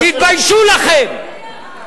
תתביישו לכם.